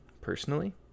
personally